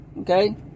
Okay